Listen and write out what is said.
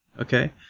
Okay